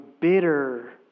bitter